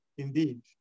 Indeed